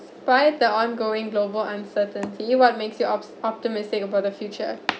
prior the ongoing global uncertainty what makes you op~ optimistic about the future